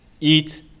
eat